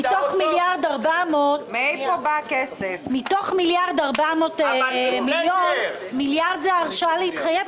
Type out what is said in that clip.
מתוך 1.4 מיליארד 1 מיליארד זה הרשאה להתחייב.